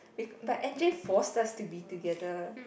bec~ but N_J forced us to be together